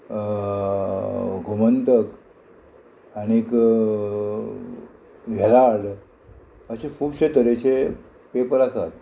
गोमंतक आनीक हेराल्ड अशे खुबशे तरेचे पेपर आसात